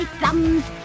thumbs